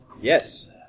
Yes